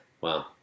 Wow